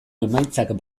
emaitzak